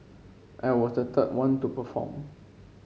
I was the third one to perform